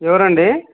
ఎవరండి